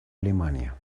alemania